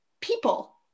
people